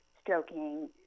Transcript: stroking